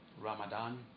Ramadan